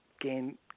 gain